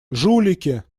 жулики